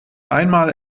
einmal